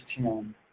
10